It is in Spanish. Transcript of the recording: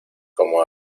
como